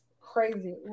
Crazy